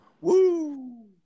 Woo